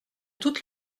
toute